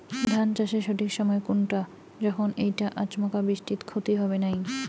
ধান চাষের সঠিক সময় কুনটা যখন এইটা আচমকা বৃষ্টিত ক্ষতি হবে নাই?